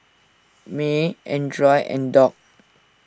Mae Arnold and Doc